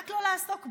רק לא לעסוק בנו,